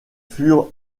furent